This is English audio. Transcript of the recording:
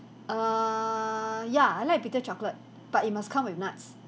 err ya I like bitter chocolate but it must come with nuts